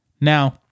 Now